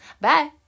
Bye